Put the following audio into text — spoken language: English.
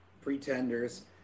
Pretenders